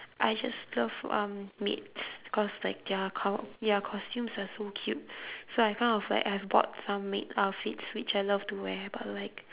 I just love um maids cause like their co~ their costumes are so cute so I kind of like I've bought some maid outfits which I love to wear but like